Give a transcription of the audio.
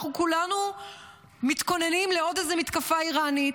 אנחנו כולנו מתכוננים לעוד איזו מתקפה איראנית,